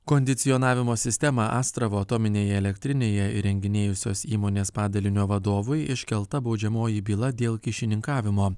kondicionavimo sistemą astravo atominėje elektrinėje įrenginėjusios įmonės padalinio vadovui iškelta baudžiamoji byla dėl kyšininkavimo